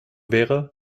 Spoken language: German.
wäre